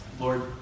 Lord